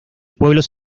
pueblos